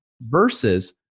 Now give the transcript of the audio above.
Versus